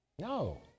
No